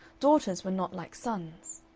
daughters were not like sons.